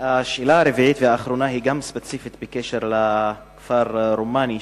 השאלה הרביעית והאחרונה היא גם ספציפית בקשר לכפר רומאנה,